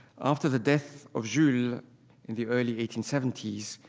after the death of jules in the early eighteen seventy s,